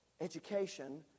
education